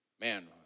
Man